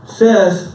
says